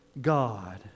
God